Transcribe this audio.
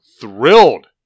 thrilled